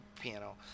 piano